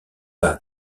pas